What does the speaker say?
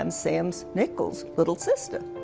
i'm sam so nichols' little sister.